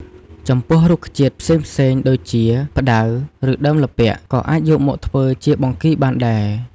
ចំពោះរុក្ខជាតិផ្សេងៗ ដូចជា ផ្តៅ ឬដើមល្ពាក់ ក៏អាចយកមកធ្វើជាបង្គីបានដែរ។